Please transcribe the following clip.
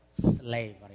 slavery